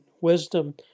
Wisdom